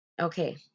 Okay